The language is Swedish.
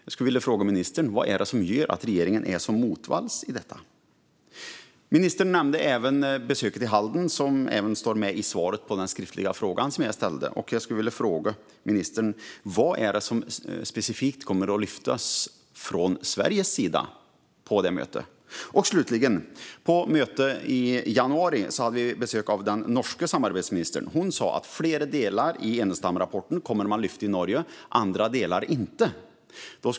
Jag skulle vilja fråga ministern: Vad är det som gör att regeringen är så motvalls i detta? Ministern nämnde även besöket i Halden som står med i svaret på den skriftliga frågan som jag ställde. Jag skulle vilja fråga ministern: Vad är det som specifikt kommer att lyftas fram från Sveriges sida på det mötet? Slutligen hade vi på mötet i januari besök av den norska samarbetsministern. Hon sa att flera delar i Enestamrapporten kommer man att lyfta fram i Norge och andra delar inte.